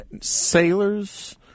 sailors